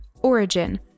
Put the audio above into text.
origin